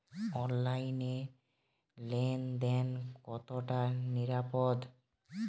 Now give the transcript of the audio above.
অনলাইনে লেন দেন কতটা নিরাপদ?